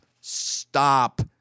stop